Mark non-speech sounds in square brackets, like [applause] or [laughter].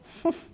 [laughs]